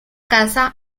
casa